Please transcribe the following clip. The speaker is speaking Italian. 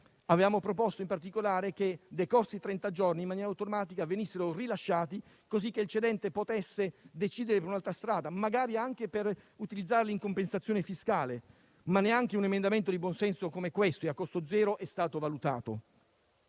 Avevamo proposto in particolare che, decorsi trenta giorni, in maniera automatica venissero rilasciati, così che il cedente potesse decidere per un'altra strada, magari anche per utilizzarli in compensazione fiscale, ma neanche un emendamento di buon senso come questo e a costo zero è stato valutato.